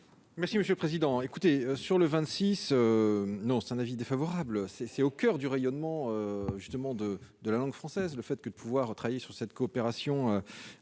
Merci Monsieur le Président, écoutez sur le 26 non, c'est un avis défavorable, c'est au coeur du rayonnement justement de de la langue française, le fait que de pouvoir travailler sur cette coopération